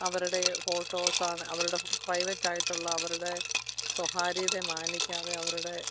അവരുടെ ഫോട്ടോസാണ് അവരുടെ പ്രൈവറ്റായിട്ടുള്ള അവരുടെ സ്വകാര്യതയെ മാനിക്കാതെ അവരുടെ